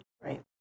right